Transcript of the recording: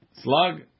slug